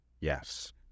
Yes